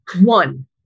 One